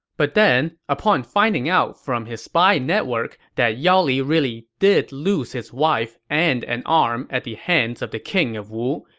but then, upon finding out from his spy network that yao li really did lose his wife and an arm at the hands of the king of wu,